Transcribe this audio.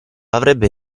avrebbe